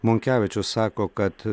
monkevičius sako kad